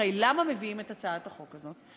הרי למה מביאים את הצעת החוק הזו?